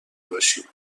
باشی